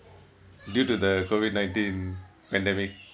due to the COVID nineteen pandemic